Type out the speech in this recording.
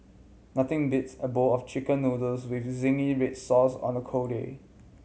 nothing beats a bowl of Chicken Noodles with zingy red sauce on a cold day